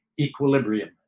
equilibrium